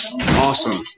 awesome